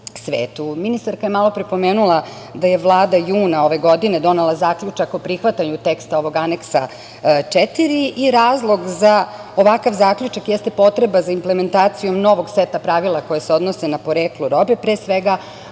svetu. Ministarka je malopre pomenula da je Vlada juna ove godine donela zaključak o prihvatanju teksta ovog Aneksa 4 i razlog za ovakav zaključak jeste potreba za implementacijom novog seta pravila koja se odnose na poreklo robe, pre svega